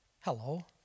hello